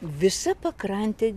visa pakrantė